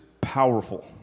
powerful